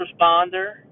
responder